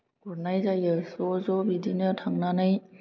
गुरनाय जायो ज' ज' बिदिनो थांनानै